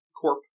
Corp